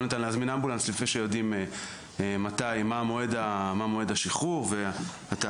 לא ניתן להזמין אמבולנס לפני שיודעים מתי ומה מועד השחרור והתהליך,